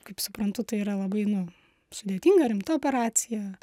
kaip suprantu tai yra labai nu sudėtinga rimta operacija